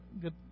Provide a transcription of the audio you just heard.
good